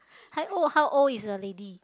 !aiyo! how old is the lady